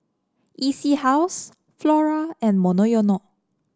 E C House Flora and Monoyono